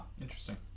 interesting